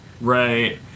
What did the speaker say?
Right